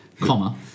comma